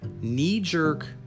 knee-jerk